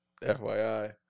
FYI